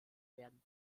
werden